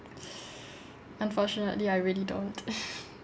unfortunately I really don't